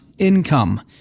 income